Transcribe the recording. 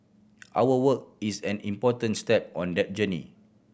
our work is an important step on that journey